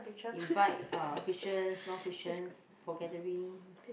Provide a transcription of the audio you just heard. invite uh Christians non Christians for gathering